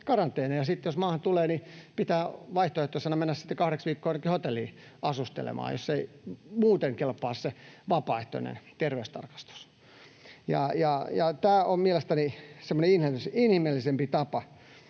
Jos maahan tulee, niin pitää vaihtoehtoisesti mennä sitten kahdeksi viikkoa jonnekin hotelliin asustelemaan, jos ei muuten kelpaa se vapaaehtoinen terveystarkastus. Tämä on mielestäni semmoinen inhimillisempi tapa.